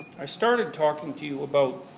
i started talking to you about